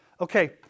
okay